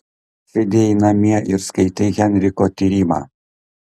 sėdėjai namie ir skaitei henriko tyrimą